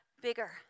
bigger